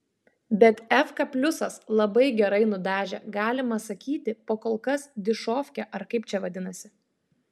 bet efka pliusas labai gerai nudažė galima sakyti pakolkas dišovkė ar kaip čia vadinasi